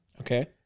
Okay